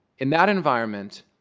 in that environment,